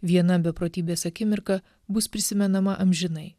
viena beprotybės akimirka bus prisimenama amžinai